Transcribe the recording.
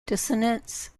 dissonance